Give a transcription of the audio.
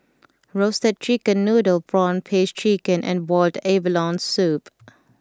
Roasted Chicken Noodle Prawn Paste Chicken and Boiled Abalone Soup